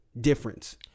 difference